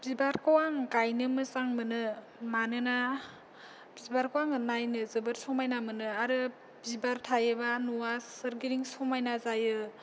बिबारखौ आं गायनो मोजां मोनो मानोना बिबारखौ आङो नायनो जोबोर समायना मोनो आरो बिबार थायोब्ला न'आ सोरगिदिं समायना जायो